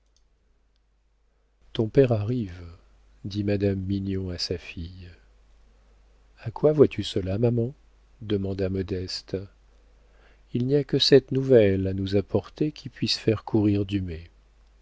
ton père arrive dit madame mignon à sa fille a quoi vois-tu cela maman demanda modeste il n'y a que cette nouvelle à nous apporter qui puisse faire courir dumay modeste